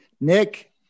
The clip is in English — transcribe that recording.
Nick